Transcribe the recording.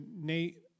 Nate